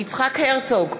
יצחק הרצוג,